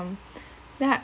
mum then I